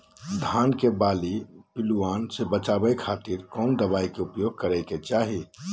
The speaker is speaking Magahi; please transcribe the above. धान के बाली पिल्लूआन से बचावे खातिर कौन दवाई के उपयोग करे के चाही?